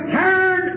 turn